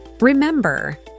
Remember